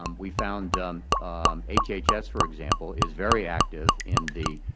um we found hhs, for example, is very active in the